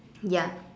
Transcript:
ya